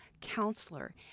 counselor